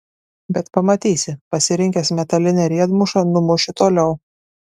bet pamatysi pasirinkęs metalinę riedmušą numušiu toliau